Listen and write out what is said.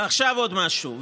ועכשיו עוד משהו,